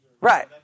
Right